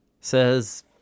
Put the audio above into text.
says